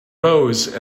rose